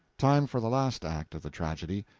time for the last act of the tragedy.